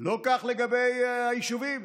לא כך לגבי היישובים.